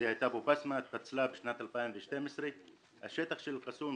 היא התפצלה בשנת 2012. השטח של אל קסום,